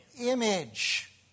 image